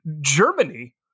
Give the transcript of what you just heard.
Germany